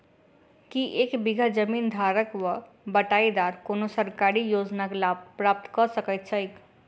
की एक बीघा जमीन धारक वा बटाईदार कोनों सरकारी योजनाक लाभ प्राप्त कऽ सकैत छैक?